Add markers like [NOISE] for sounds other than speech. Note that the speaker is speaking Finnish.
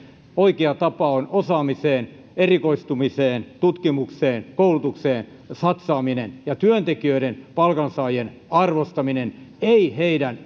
oikea tapa on osaamiseen erikoistumiseen tutkimukseen koulutukseen satsaaminen ja työntekijöiden palkansaajien arvostaminen ei heidän [UNINTELLIGIBLE]